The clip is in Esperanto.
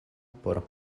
por